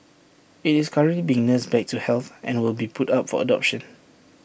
IT is currently being nursed back to health and will be put up for adoption